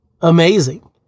amazing